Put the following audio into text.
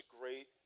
great